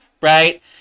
right